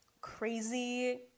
crazy